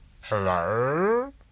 Hello